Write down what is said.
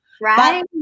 Right